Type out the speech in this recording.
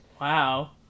Wow